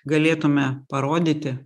galėtume parodyti